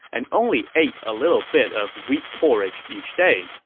and only ate a little bit of wheat porridge each day.